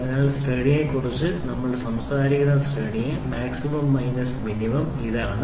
അതിനാൽ ശ്രേണിയെക്കുറിച്ച് നമ്മൾ സംസാരിക്കുന്ന ശ്രേണിയെ മാക്സിമം മൈനസ് മിനിമം ഇതാണ്